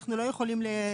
אנו לא יכולים להסתמך על זה.